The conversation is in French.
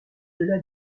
delà